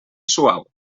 suau